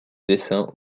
dessin